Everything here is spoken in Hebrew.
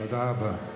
תודה רבה.